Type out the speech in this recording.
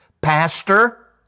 Pastor